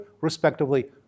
respectively